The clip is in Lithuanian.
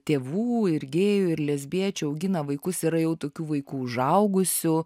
tėvų ir gėjų ir lesbiečių augina vaikus yra jau tokių vaikų užaugusių